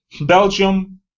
Belgium